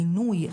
הגינוי,